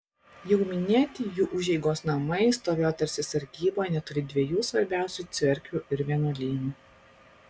jau minėti jų užeigos namai stovėjo tarsi sargyboje netoli dviejų svarbiausių cerkvių ir vienuolynų